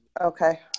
Okay